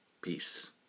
Peace